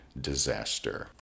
disaster